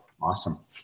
awesome